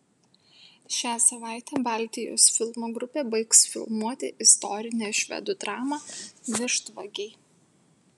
šią savaitę baltijos filmų grupė baigs filmuoti istorinę švedų dramą vištvagiai